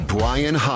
Brian